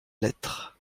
lettres